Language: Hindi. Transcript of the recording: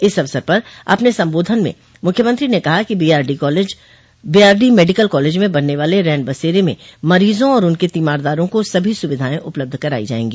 इस अवसर पर अपने संबोधन में मुख्यमंत्री ने कहा कि बीआरडी मेडिकल कॉलेज में बनने वाले रैन बसेरे में मरीजों और उनके तीमारदारों को सभी सुविधाएं उपलब्ध कराई जायेंगी